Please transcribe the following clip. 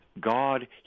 God